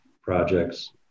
projects